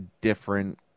different